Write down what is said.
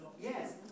Yes